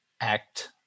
act